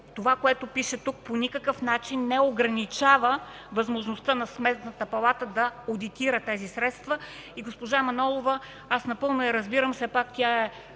това, което пише тук, по никакъв начин не ограничава възможността на Сметната палата да одитира тези средства. Госпожа Манолова – аз напълно я разбирам – все пак тя е